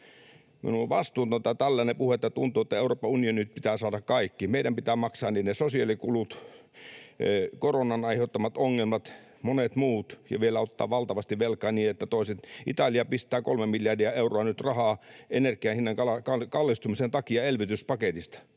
On vastuutonta tällainen puhe, ja tuntuu, että Euroopan unionin pitää saada kaikki: meidän pitää maksaa niiden sosiaalikulut, koronan aiheuttamat ongelmat, monet muut ja vielä ottaa valtavasti velkaa, niin että toiset... Italia pistää nyt 3 miljardia euroa rahaa energian hinnan kallistumisen takia elvytyspaketista.